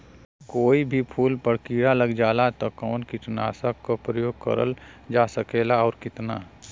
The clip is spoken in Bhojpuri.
कोई भी फूल पर कीड़ा लग जाला त कवन कीटनाशक क प्रयोग करल जा सकेला और कितना?